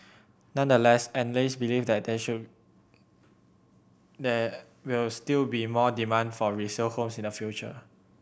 nonetheless analyst believe that they there will still be more demand for resale homes in the future